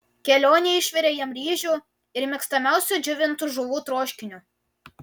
kelionei išvirė jam ryžių ir mėgstamiausio džiovintų žuvų troškinio